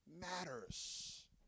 matters